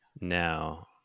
now